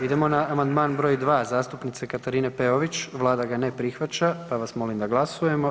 Idemo na amandman br. 2 zastupnice Katarine Peović, Vlada ga ne prihvaća pa vas molim da glasujemo.